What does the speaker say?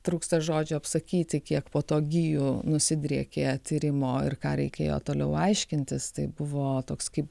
trūksta žodžių apsakyti kiek po to gijų nusidriekė tyrimo ir ką reikėjo toliau aiškintis tai buvo toks kaip